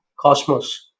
Cosmos